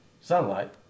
sunlight